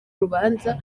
rubanza